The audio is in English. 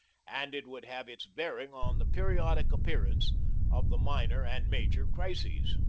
and it would have its bearing on the periodic appearance of the minor and major crises.